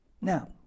Now